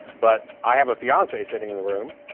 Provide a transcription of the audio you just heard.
but i have a fiance sitting in the room